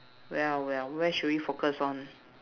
well well where should we focus on